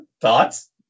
thoughts